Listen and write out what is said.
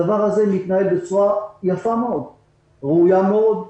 הדבר הזה מתנהל בצורה יפה וראויה מאוד.